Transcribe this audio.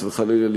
חס וחלילה,